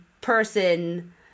person